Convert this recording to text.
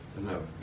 No